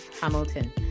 Hamilton